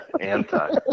Anti